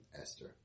Esther